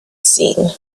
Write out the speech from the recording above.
seen